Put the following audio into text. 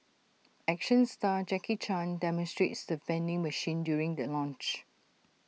action star Jackie chan demonstrates the vending machine during the launch